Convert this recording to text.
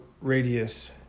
radius